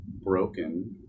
broken